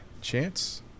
chance